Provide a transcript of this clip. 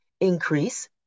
increase